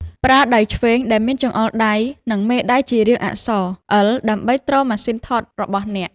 ប្រើដៃឆ្វេងដែលមានចង្អុលដៃ និងមេដៃជារាងអក្សរ អិល ដើម្បីទ្រម៉ាស៊ីនថតរបស់អ្នក។